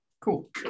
Cool